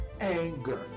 anger